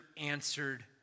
answered